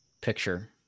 picture